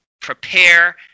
prepare